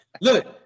Look